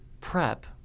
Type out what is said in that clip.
PrEP